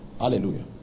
hallelujah